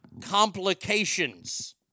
complications